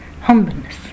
humbleness